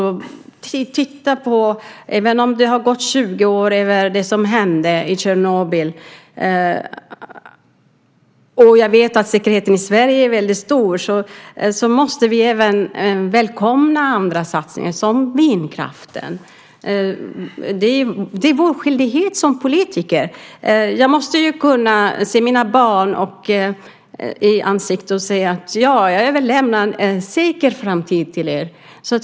Även om det har gått 20 år sedan olyckan i Tjernobyl, och även om jag vet att säkerheten i Sverige är väldigt stor, så måste vi välkomna även andra satsningar, till exempel vindkraften. Det är vår skyldighet som politiker. Jag måste kunna se mina barn i ögonen när jag säger att jag överlämnar en säker framtid till dem.